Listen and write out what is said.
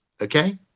okay